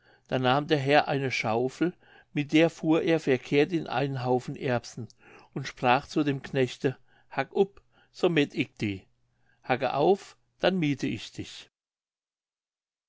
da nahm der herr eine schaufel mit der fuhr er verkehrt in einen haufen erbsen und sprach zu dem knechte hack up so met ik di hacke auf dann miethe ich dich